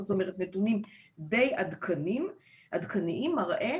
זאת אומרת נתונים די עדכניים והדו"ח הזה מראה